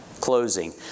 Closing